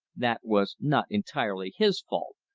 that was not entirely his fault.